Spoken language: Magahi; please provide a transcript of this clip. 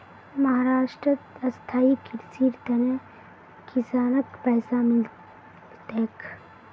महाराष्ट्रत स्थायी कृषिर त न किसानक पैसा मिल तेक